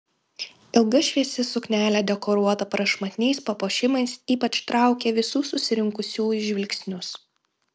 ilga šviesi suknelė dekoruota prašmatniais papuošimais ypač traukė visų susirinkusiųjų žvilgsnius